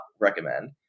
recommend